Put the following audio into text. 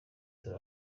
turi